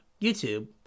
YouTube